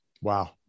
Wow